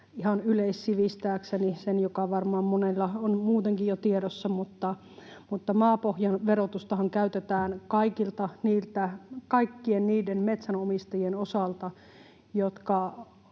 ihan yleissivistääkseni sen, mikä varmaan monella on muutenkin jo tiedossa, että maapohjan verotustahan käytetään kaikkien niiden metsänomistajien osalta, jotka